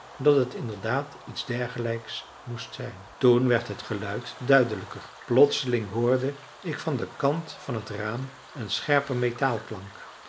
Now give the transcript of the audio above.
dat het inderdaad iets dergelijks moest zijn toen werd het geluid duidelijker plotseling hoorde ik van den kant van het raam een scherpen